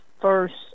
first